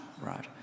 right